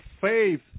faith